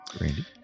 Randy